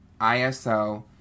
ISO